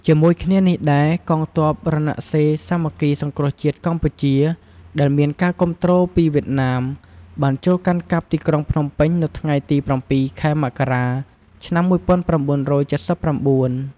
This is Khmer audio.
ជាមួយគ្នានេះដែរកងទ័ពរណសិរ្សសាមគ្គីសង្គ្រោះជាតិកម្ពុជា ដែលមានការគាំទ្រពីវៀតណាម បានចូលកាន់កាប់ទីក្រុងភ្នំពេញនៅថ្ងៃទី៧ ខែមករា ឆ្នាំ១៩៧៩។